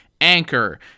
Anchor